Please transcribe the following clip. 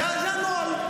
זה הנוהל.